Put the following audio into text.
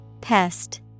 Pest